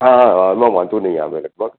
હા હા આમાં વાંધો નહીં આવે લગભગ